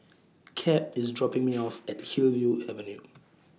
Cap IS dropping Me off At Hillview Avenue